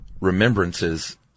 remembrances